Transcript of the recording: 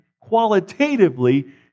qualitatively